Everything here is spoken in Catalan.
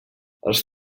els